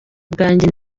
bwanjye